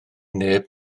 neb